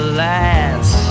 last